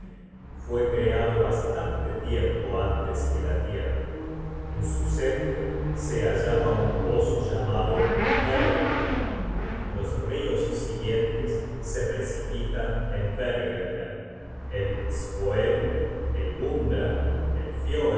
fue creado bastante tiempo antes que la tierra en su centro se hallaba un pozo llamado hvergelmer los rios siguientes se precipitan en hvergelmer el svoel el gunndra el fioerm el